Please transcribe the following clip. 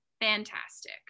fantastic